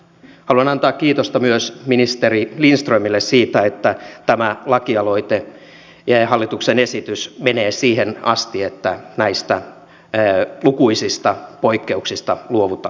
haluan antaa kiitosta myös ministeri lindströmille siitä että tämä lakialoite ja hallituksen esitys menevät siihen asti että näistä lukuisista poikkeuksista luovutaan kokonaan